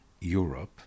Europe